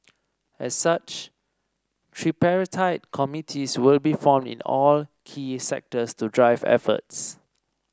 as such tripartite committees will be formed in all key sectors to drive efforts